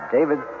David